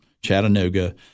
Chattanooga